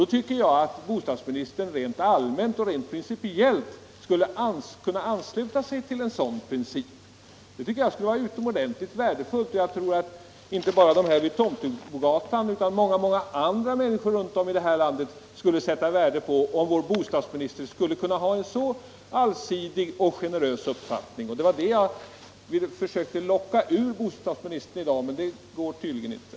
Jag tycker att bostadsministern rent allmänt och principiellt skulle kunna ansluta sig till en sådan princip, och jag tror att inte bara de här människorna vid Tomtebogatan utan många andra runt om i landet skulle sätta värde på att vår bostadsminister kunde ha en så allsidig och generös uppfattning. Det är den jag försöker locka ur bostadsministern i dag, men det går tydligen inte.